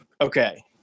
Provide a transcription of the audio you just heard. okay